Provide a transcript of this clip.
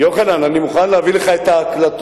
יוחנן, אני מוכן להביא לך ההקלטות.